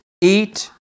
eat